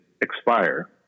expire